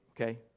okay